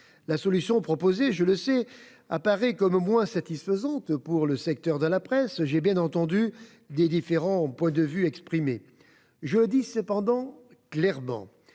La solution proposée, je le sais, apparaît comme moins satisfaisante pour le secteur de la presse. J'ai bien entendu les différents points de vue exprimés. Je le dis cependant clairement